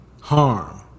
harm